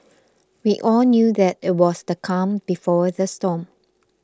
we all knew that it was the calm before the storm